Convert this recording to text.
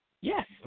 Yes